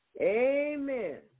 Amen